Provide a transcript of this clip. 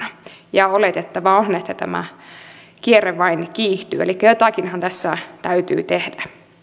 ja oletettavaa on että tämä kierre vain kiihtyy elikkä jotakinhan tässä täytyy tehdä